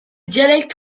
dialecte